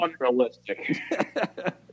unrealistic